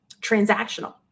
transactional